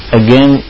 again